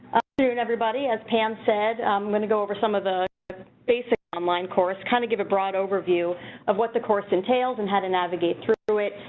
and everybody as pam said, i'm gonna go over some of the basic online course, kind of give a broad overview of what the course entails and how to navigate through through it.